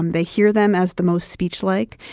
um they hear them as the most speech-like.